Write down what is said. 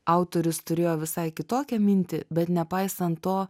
autorius turėjo visai kitokią mintį bet nepaisan to